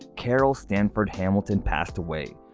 carroll stanford hamilton passed away.